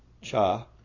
cha